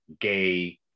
gay